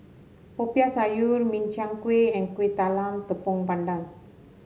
Popiah Sayur Min Chiang Kueh and Kueh Talam Tepong Pandan